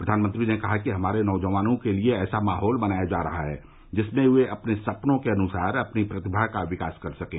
प्रधानमंत्री ने कहा कि हमारे नौजवानों के लिए ऐसा माहौल बनाया जा रहा है जिससे वे अपने सपनों के अनुसार अपनी प्रतिभा का विकास कर सकें